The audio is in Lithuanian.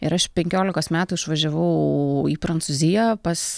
ir aš penkiolikos metų išvažiavau į prancūziją pas